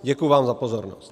Děkuji vám za pozornost.